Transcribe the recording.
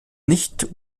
nicht